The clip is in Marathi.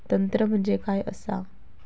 तंत्र म्हणजे काय असा?